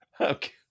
okay